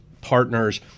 partners